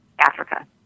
Africa